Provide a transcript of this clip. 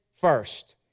first